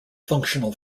functional